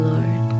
Lord